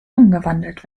umgewandelt